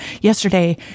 Yesterday